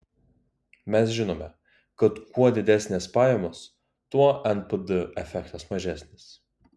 mes žinome kad kuo didesnės pajamos tuo npd efektas mažesnis